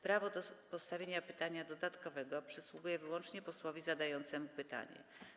Prawo do postawienia pytania dodatkowego przysługuje wyłącznie posłowi zadającemu pytanie.